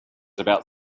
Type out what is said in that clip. about